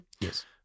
Yes